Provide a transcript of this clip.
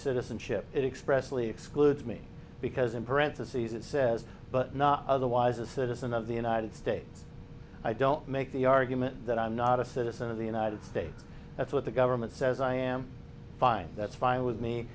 citizenship it expressively excludes me because in parentheses it says but not otherwise a citizen of the united states i don't make the argument that i'm not a citizen of the united states that's what the government says i am fine that's fine with me